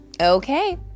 Okay